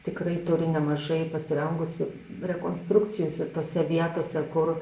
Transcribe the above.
tikrai turi nemažai pasirengusi rekonstrukcijų tose vietose kur